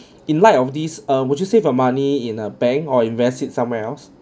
in light of these err would you save your money in a bank or invest it somewhere else